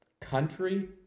country